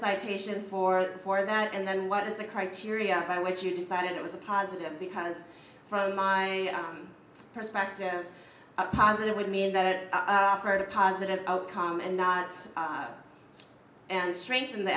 citation or for that and what is the criteria by which you decided it was a positive because from my perspective a positive would mean that offered a positive outcome and nights and strengthen the